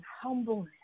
humbleness